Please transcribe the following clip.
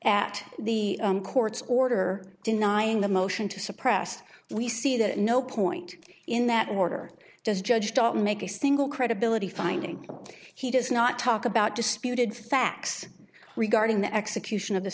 at the court's order denying the motion to suppress we see that no point in that order does judge to make a single credibility finding he does not talk about disputed facts regarding the execution of the